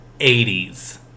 80s